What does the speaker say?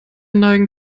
neigen